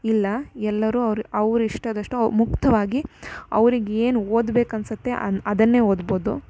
ಇಲ್ಲ ಎಲ್ಲರೂ ಅವ್ರ ಅವ್ರ ಇಷ್ಟದಷ್ಟು ಅವು ಮುಕ್ತವಾಗಿ ಅವ್ರಿಗೆ ಏನು ಓದಬೇಕನ್ಸುತ್ತೆ ಅನ್ನು ಅದನ್ನೇ ಓದ್ಬೋದು